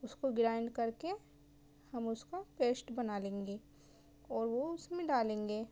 اسکو گرائن کرکے ہم اس کا پیسٹ بنا لیں گے اور وہ اس میں ڈالیں گے